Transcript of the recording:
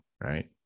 right